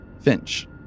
Finch